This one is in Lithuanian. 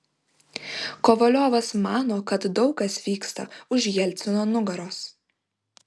kovaliovas mano kad daug kas vyksta už jelcino nugaros